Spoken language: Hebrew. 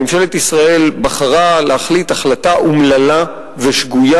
ממשלת ישראל בחרה להחליט החלטה אומללה ושגויה